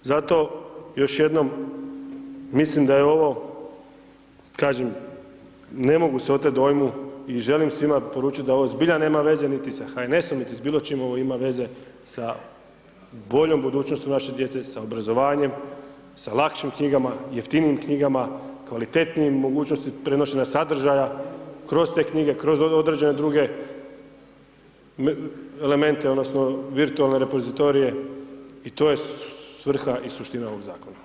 Zato, još jednom mislim da je ovo kažem ne mogu se otet dojmu i želim svima poručit da ovo zbilja nema veze niti sa HNS-om niti s bilo čime ovo ima veze sa boljom budućnošću naše djece, sa obrazovanjem, sa lakšim knjigama, jeftinijim knjigama, kvalitetnijim i mogućnosti prenošenja sadržaja kroz te knjige, kroz određene druge elemente odnosno virtualne repozitorije i to je svrha i suština ovoga zakona.